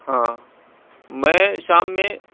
ہاں میں شام میں